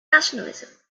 nationalism